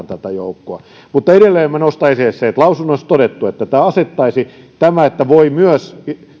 tätä joukkoa laajennetaan mutta edelleen minä nostan esille sen että lausunnoissa on todettu että tämä että tulorajoista voi myös